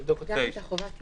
הם אמרו: תו סגול,